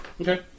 Okay